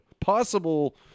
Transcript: Possible